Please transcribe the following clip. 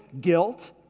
guilt